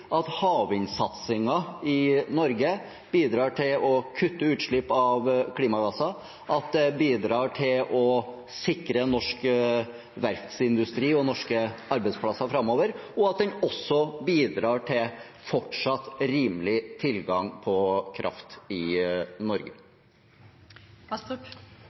at havvindsatsingen i Norge bidrar til å kutte utslipp av klimagasser, at den bidrar til å sikre norsk verftsindustri og norske arbeidsplasser framover, og at den også bidrar til fortsatt rimelig tilgang på kraft i